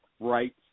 rights